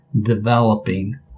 developing